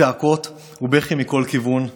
צעקות ובכי מכל כיוון.